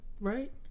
right